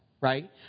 Right